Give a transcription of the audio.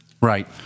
right